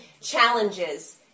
challenges